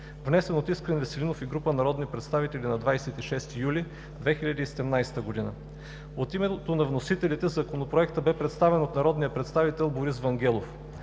внесен от Искрен Веселинов и група народни представители на 26 юли 2017г. От името на вносителите, Законопроектът бе представен от народния представител Борис Вангелов.